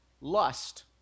lust